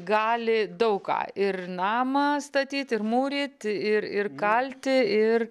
gali daug ką ir namą statyt ir mūryt ir ir kalti ir